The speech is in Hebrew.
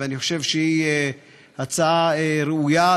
ואני חושב שהיא הצעה ראויה,